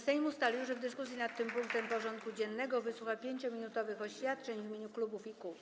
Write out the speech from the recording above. Sejm ustalił, że w dyskusji nad tym punktem porządku dziennego wysłucha 5-minutowych oświadczeń w imieniu klubów i kół.